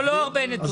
לא, לא הרבה נתונים.